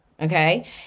Okay